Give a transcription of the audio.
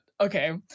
okay